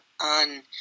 on